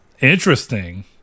Interesting